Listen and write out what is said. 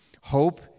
Hope